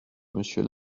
monsieur